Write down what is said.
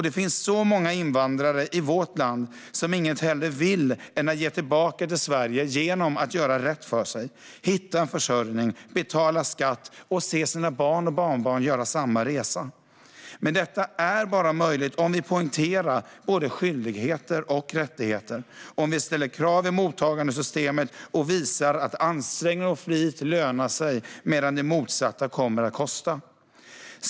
Det finns så många invandrare i vårt land som inget hellre vill än att ge tillbaka till Sverige genom att göra rätt för sig, hitta en försörjning, betala skatt och se sina barn och barnbarn göra samma resa. Men detta är möjligt bara om vi poängterar både skyldigheter och rättigheter, om vi ställer krav i mottagandesystemet och visar att ansträngning och flit lönar sig medan det motsatta kommer att kosta.